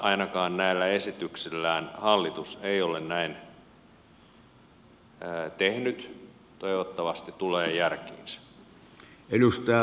ainakaan näillä esityksillään hallitus ei ole näin tehnyt toivottavasti tulee järkiinsä